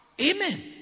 Amen